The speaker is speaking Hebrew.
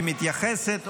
היא מתייחסת,